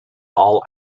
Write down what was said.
all